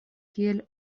kiel